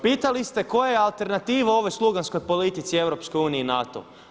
Pitali ste koja je alternativa ovoj sluganskoj politici EU i NATO-u.